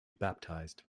baptized